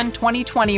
2020